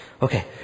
Okay